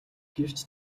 гэвч